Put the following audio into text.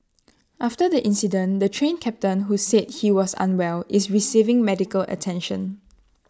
after the incident the Train Captain who said he was unwell is receiving medical attention